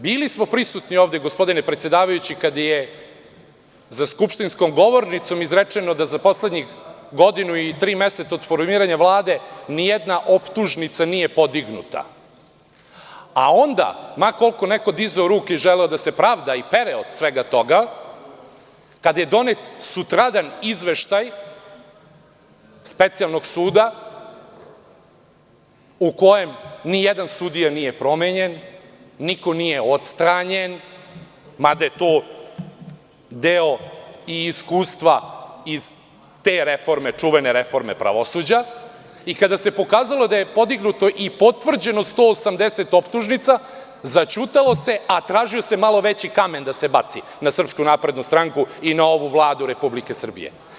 Bili smo prisutni ovde, gospodine predsedavajući, kada je za skupštinskom govornicom izrečeno da za poslednjih godinu i tri meseca od formiranja Vlade nijedna optužnica nije podignuta, a onda, ma koliko neko dizao ruke i želeo da se pravda i pere od svega toga, kada je donet sutradan izveštaj Specijalnog suda, po kojem nijedan sudija nije promenjen, niko nije odstranjen, mada je to deo i iskustva iz te čuvene reforme pravosuđa i kada se pokazalo da je podignuto i potvrđeno 180 optužnica, zaćutalo se, a tražio se malo veći kamen da se baci na SNS i na ovu Vladu Republike Srbije.